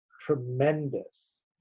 tremendous